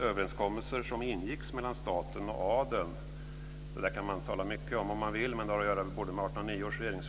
överenskommelser som ingåtts mellan staten och adeln bör en eventuell ändring ske efter samtal mellan de inblandade parterna.